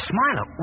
Smiler